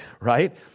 right